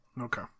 Okay